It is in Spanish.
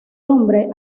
hombre